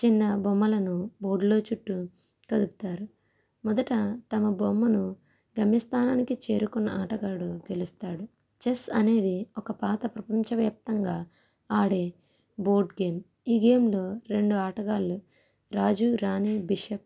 చిన్న బొమ్మలను బోర్డులో చుట్టూ కదుపుతారు మొదట తమ బొమ్మను గమ్యస్థానానికి చేరుకున్న ఆటగాడు గెలుస్తాడు చెస్ అనేది ఒక పాత ప్రపంచవ్యాప్తంగా ఆడే బోర్డ్ గేమ్ ఈ గేమ్లో రెండు ఆటగాళ్లు రాజు రాణి బిషప్